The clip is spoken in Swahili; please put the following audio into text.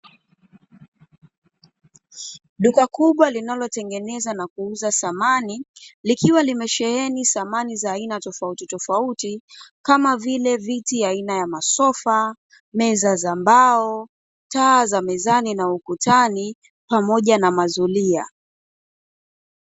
Duka kubwa linalotengeneza na kuuza samani likiwa limesheheni samani za aina tofautitofauti kama vile viti aina ya masofa, meza za mbao, taa za mezani na ukutani pamoja na mazulia.